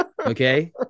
okay